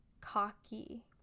cocky